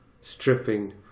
stripping